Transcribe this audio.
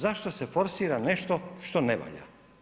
Zašto se forsira nešto što ne valja?